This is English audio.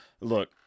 Look